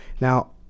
Now